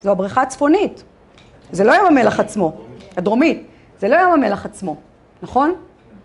זו הבריכה הצפונית, זה לא ים המלח עצמו, הדרומית, זה לא ים המלח עצמו, נכון?